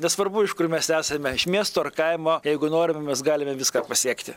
nesvarbu iš kur mes esame iš miesto ar kaimo jeigu norime mes galime viską pasiekti